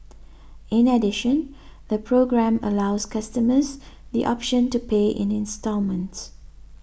in addition the programme allows customers the option to pay in instalments